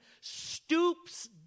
stoops